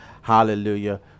Hallelujah